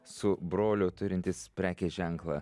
su broliu turintis prekės ženklą